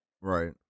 Right